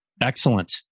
Excellent